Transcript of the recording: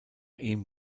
ihm